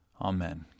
Amen